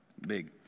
big